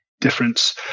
difference